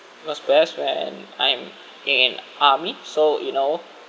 was I was when I'm in army so you know